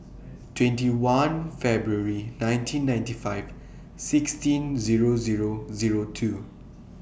twenty one February nineteen ninety five sixteen Zero Zero Zero two